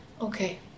okay